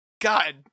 god